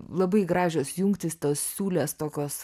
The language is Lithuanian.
labai gražios jungtys tos siūlės tokios